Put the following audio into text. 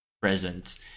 present